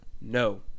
No